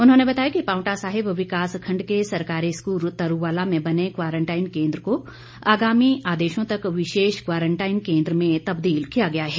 उन्होंने बताया कि पांवटा साहिब विकास खंड के सरकारी स्कूल तरूवाला में बने क्वारंटाईन केंद्र को आगामी आदेशों तक विशेष क्वारंटाईन केंद्र में तबदील किया गया है